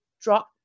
drop